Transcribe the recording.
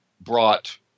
brought